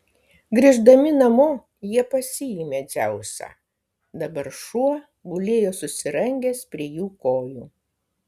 grįždami namo jie pasiėmė dzeusą dabar šuo gulėjo susirangęs prie jų kojų